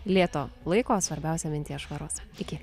lėto laiko svarbiausia minties švaros iki